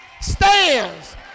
stands